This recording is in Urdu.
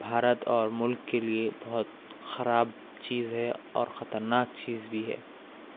بھارت اور ملک کے لیے بہت خراب چیز ہے اور خطرناک چیز بھی ہے